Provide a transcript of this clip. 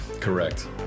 Correct